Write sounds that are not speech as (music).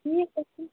(unintelligible)